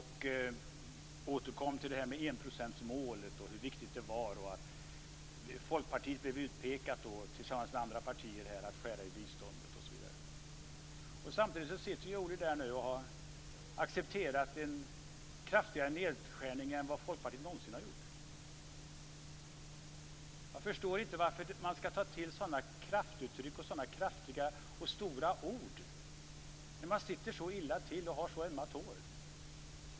Han återkom till enprocentsmålet och hur viktigt det var, och Folkpartiet blev utpekat tillsammans med andra partier för att skära i biståndet osv. Samtidigt sitter nu Ohly där och har accepterat en kraftigare nedskärning än vad Folkpartiet någonsin har gjort. Jag förstår inte varför man skall ta till sådana kraftuttryck och sådana kraftiga och stora ord när man sitter så illa till och har så ömma tår.